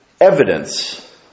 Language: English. evidence